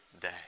day